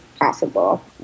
possible